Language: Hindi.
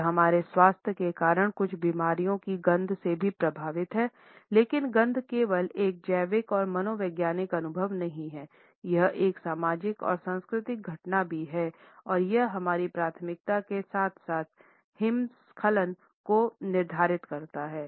यह हमारे स्वास्थ्य के कारण कुछ बीमारियों की गंध से भी प्रभावित है लेकिन गंध केवल एक जैविक और मनोवैज्ञानिक अनुभव नहीं है यह एक सामाजिक और सांस्कृतिक घटना भी है और यह हमारी प्राथमिकता के साथ साथ हिमस्खलन को निर्धारित करता है